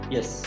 Yes